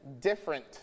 different